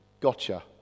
Gotcha